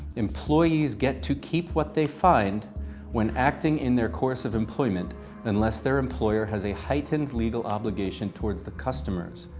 employees get to keep what they find when acting in their course of employment unless their employer has a heightened legal obligation towards the customers,